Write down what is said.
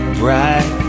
bright